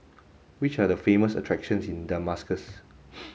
which are the famous attractions in Damascus